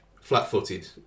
flat-footed